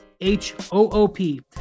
h-o-o-p